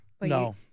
No